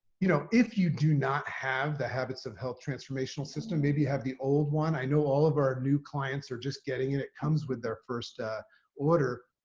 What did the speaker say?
you know, if you do not have the habits of health transformational system, maybe you have the old one. i know all of our new clients are just getting it. it comes with their first order.